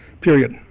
period